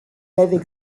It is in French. lève